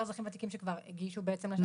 אזרחים ותיקים שכבר הגישו בעצם לשנה